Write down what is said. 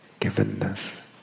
givenness